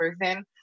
person